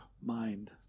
mind